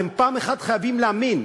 אתם פעם אחת חייבים להאמין.